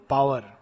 Power